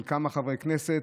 של כמה חברי כנסת,